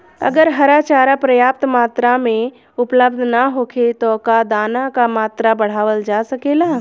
अगर हरा चारा पर्याप्त मात्रा में उपलब्ध ना होखे त का दाना क मात्रा बढ़ावल जा सकेला?